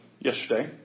yesterday